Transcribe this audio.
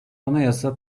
anayasa